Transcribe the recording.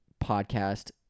podcast